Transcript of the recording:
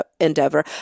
endeavor